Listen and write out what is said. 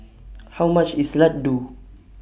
How much IS Laddu